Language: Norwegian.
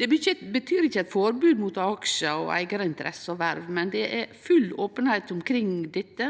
Det betyr ikkje eit forbod mot aksjar og eigarinteresser og verv, men at det er full openheit omkring dette,